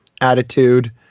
attitude